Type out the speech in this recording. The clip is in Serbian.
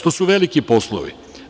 To su veliki poslovi.